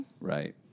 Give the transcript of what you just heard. Right